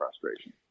frustration